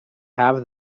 have